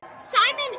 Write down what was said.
Simon